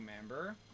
member